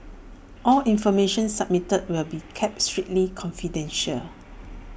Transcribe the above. all information submitted will be kept strictly confidential